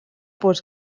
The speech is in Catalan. pols